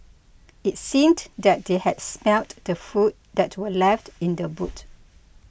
it seemed that they had smelt the food that were left in the boot